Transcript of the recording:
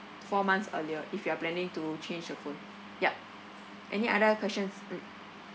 four months earlier if you are planning to change your phone yup any other questions mm